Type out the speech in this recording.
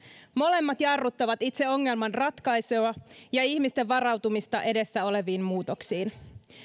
molemmat jarruttavat itse ongelman ratkaisua ja ihmisten varautumista edessä oleviin muutoksiin